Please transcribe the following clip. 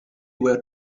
were